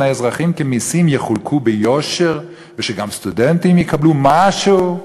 האזרחים כמסים יחולקו ביושר ושגם סטודנטים יקבלו משהו?